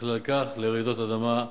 ובכלל כך לרעידות אדמה,